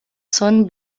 son